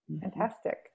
Fantastic